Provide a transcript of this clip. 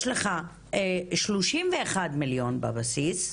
יש לך 31 מיליון בבסיס,